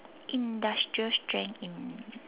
industrial strength in~